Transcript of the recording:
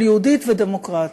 של יהודית ודמוקרטית.